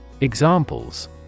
Examples